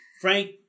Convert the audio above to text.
Frank